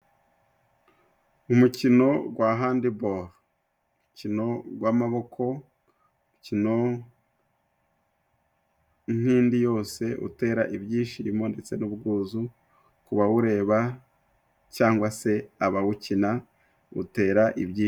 Umukino gwa handiboro umukino gw'amaboko umukino nkindi yose utera ibyishimo ndetse n'ubwuzu ku bawureba cyangwa se abawukina utera ibyishimo.